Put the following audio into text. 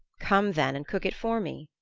come, then, and cook it for me,